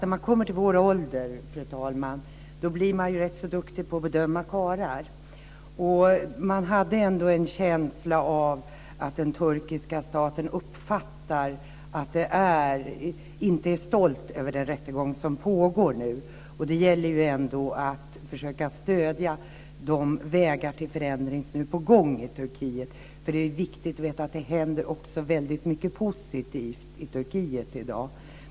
När man kommer i vår ålder, fru talman, då blir man rätt så duktig på att bedöma karlar. Och man hade ändå en känsla av att den turkiska staten inte är stolt över den rättegång som nu pågår. Det gäller ju ändå att försöka stödja de vägar till förändring som nu är på gång i Turkiet. Det är viktigt att veta att det också händer väldigt mycket positivt i Turkiet i dag.